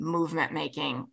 movement-making